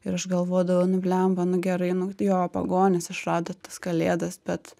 ir aš galvodavau nu bliamba nu gerai nu jo pagonys išrado tas kalėdas bet